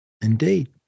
Indeed